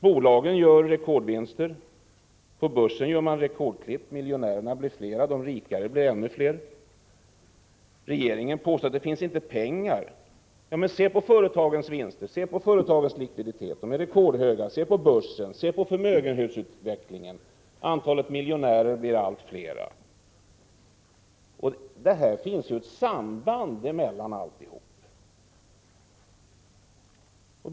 Bolagen gör rekordvinster. På börsen gör man rekordklipp, miljonärerna blir flera och de rika blir allt fler. Regeringen påstår att det inte finns pengar. Men se på företagens vinster och likviditet. De är rekordhöga. Se på börsen, se på förmögenhetsutvecklingen — antalet miljonärer blir allt större. Det finns ett samband mellan allt detta.